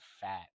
Fat